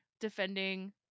defending